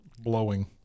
blowing